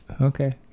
Okay